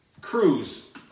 Cruise